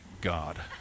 God